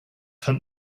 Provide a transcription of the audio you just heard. hunt